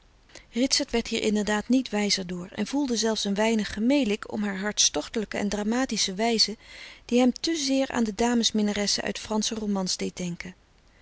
ritsert werd hier inderdaad niet wijzer door en voelde zelfs een weinig gemelijk om haar hartstochtelijke en dramatische wijze die hem te zeer aan de damesfrederik van eeden van de koele meren des doods minnaressen uit fransche romans deed denken